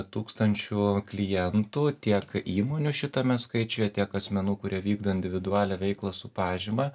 tūkstančių klientų tiek įmonių šitame skaičiuje tiek asmenų kurie vykdo individualią veiklą su pažyma